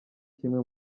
kimwe